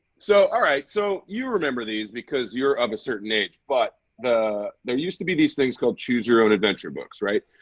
so, all right. so, you remember these because you're of a certain age, but there used to be these things called choose your own adventure books, right?